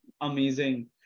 amazing